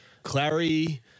Clary